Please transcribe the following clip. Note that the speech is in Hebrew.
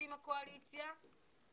הכנסת מקדישה יום שלם,